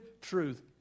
truth